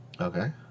Okay